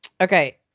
Okay